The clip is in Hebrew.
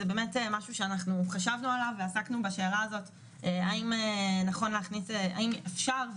אנחנו רוצים לשמוע את ההסברים לתיקון החדש שמתבקש ממשרד